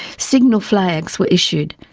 signal flags were issued,